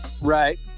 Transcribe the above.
Right